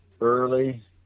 Early